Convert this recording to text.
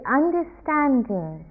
understanding